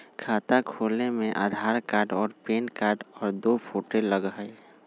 खाता खोले में आधार कार्ड और पेन कार्ड और दो फोटो लगहई?